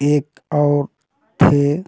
एक और थे